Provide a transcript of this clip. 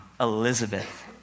Elizabeth